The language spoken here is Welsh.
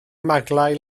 maglau